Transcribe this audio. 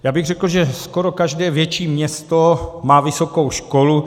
Já bych řekl, že skoro každé větší město má vysokou školu.